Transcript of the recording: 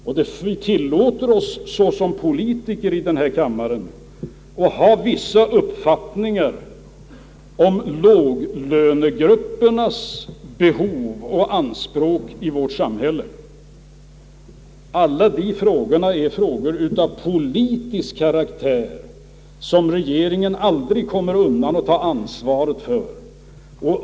Detta tillåter oss såsom politiker i den här kammaren att ha vissa uppfattningar om låglönegruppernas behov och anspråk i vårt samhälle. Alla de frågorna är frågor av politisk karaktär, som regeringen aldrig kommer undan att ta ansvaret för.